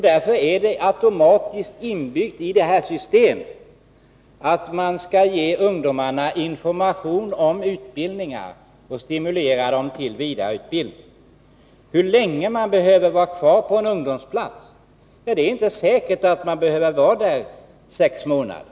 Därför är det automatiskt inbyggt i systemet att man skall ge ungdomarna information om utbildningar och stimulera dem till vidareutbildning. Hur länge behöver de vara kvar på ungdomsplatser? Det är inte säkert att de behöver vara där sex månader.